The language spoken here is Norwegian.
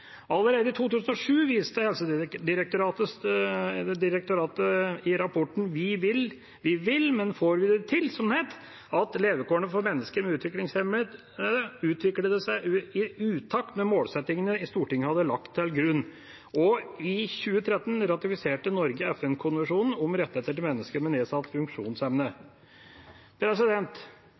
Allerede i 2007 viste Sosial- og helsedirektoratet – i rapporten «Vi vil, vi vil, men får vi det til?» – at levekårene for mennesker med utviklingshemning utviklet seg i utakt med målsettingene Stortinget hadde lagt til grunn. Og i 2013 ratifiserte Norge FN-konvensjonen om rettighetene til mennesker med nedsatt funksjonsevne.